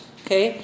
okay